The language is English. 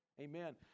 Amen